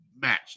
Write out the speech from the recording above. match